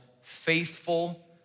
faithful